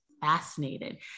fascinated